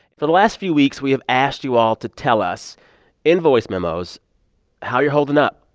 for the last few weeks, we have asked you all to tell us in voice memos how you're holding up,